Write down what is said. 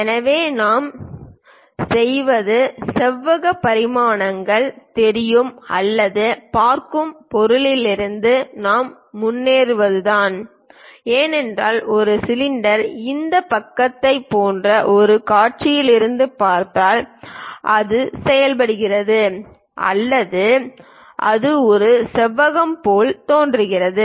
எனவே நாம் செய்வது செவ்வக பரிமாணங்கள் தெரியும் அல்லது பார்க்கும் பொருளிலிருந்து நாம் முன்னேறுவதுதான் ஏனென்றால் ஒரு சிலிண்டர் இந்த பக்கத்தைப் போன்ற ஒரு காட்சியில் இருந்து பார்த்தால் அது செயல்படுகிறது அல்லது அது ஒரு செவ்வகம் போல் தோன்றுகிறது